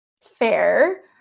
fair